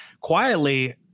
quietly